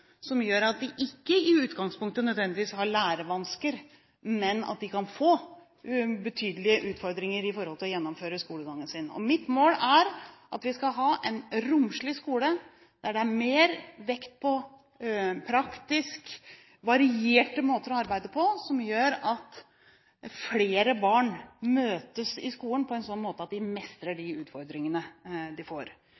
som gjør at de ikke i utgangspunktet nødvendigvis har lærevansker, men de kan få betydelige utfordringer med hensyn til å gjennomføre skolegangen sin. Mitt mål er at vi skal ha en romslig skole der det er mer vekt på praktisk varierte måter å arbeide på, noe som gjør at flere barn blir møtt i skolen på en sånn måte at de mestrer de